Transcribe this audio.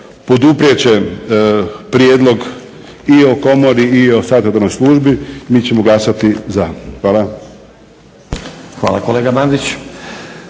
poduprijet će prijedlog i o komori i o savjetodavnoj službi. Mi ćemo glasati za. Hvala. **Stazić,